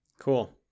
cool